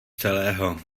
celého